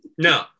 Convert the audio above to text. No